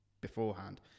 beforehand